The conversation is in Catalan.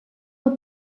del